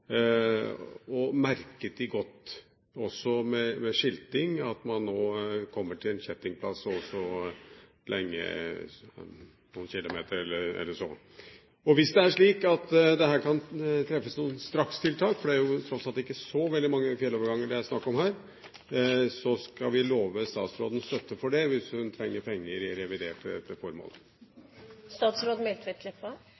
og merke godt med skilting at man kommer til en kjettingplass om noen kilometer eller så. Hvis det er slik at det her kan treffes noen strakstiltak – det er tross alt ikke så veldig mange fjelloverganger det er snakk om – skal vi love statsråden støtte for det, hvis hun trenger penger i